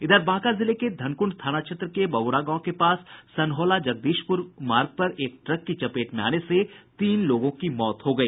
इधर बांका जिले के धनकुंड थाना क्षेत्र के बबुरा गांव के पास सन्हौला जगदीशपुर मार्ग पर एक ट्रक की चपेट में आने से तीन लोगों की मौत हो गई